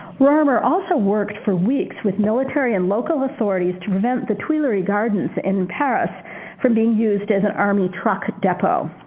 rorimer also worked for weeks with military and local authorities to prevent the tuileries gardens in paris from being used as an army truck depot.